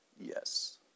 Yes